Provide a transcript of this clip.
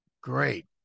great